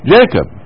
Jacob